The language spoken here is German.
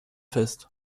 fest